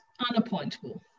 unappointable